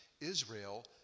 Israel